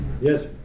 Yes